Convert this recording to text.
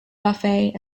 buffet